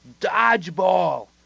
dodgeball